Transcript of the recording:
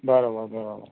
બરાબર બરાબર